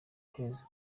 kwezi